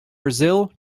brazil